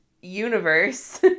universe